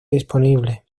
disponible